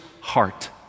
heart